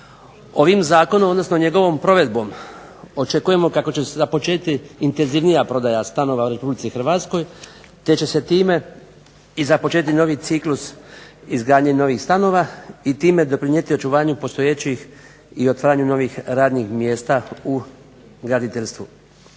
Ovim zakonom odnosno njegovom provedbom očekujemo kako će započeti intenzivnija prodaja stanova u Republici Hrvatskoj te će se time i započeti novi ciklus izgradnje novih stanova i time doprinijeti očuvanju postojećih i otvaranju novih radnih mjesta u graditeljstvu